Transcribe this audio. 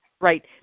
Right